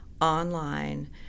online